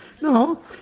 No